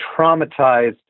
traumatized